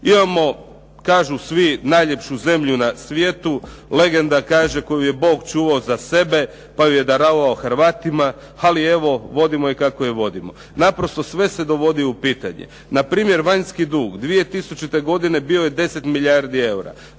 Imamo kažu svi najljepšu zemlju na svijetu. Legenda kaže, koju je Bog čuvao za sebe, pa ju je darovao Hrvatima. Ali evo vodimo je kako je vodimo. Naprosto sve se vodi u pitanje. Npr. vanjski dug 2000. godine bio je 10 milijardi eura,